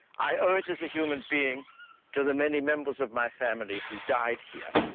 i owe it as a human being to the many members of my family who died here,